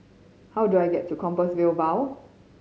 how do I get to Compassvale Bow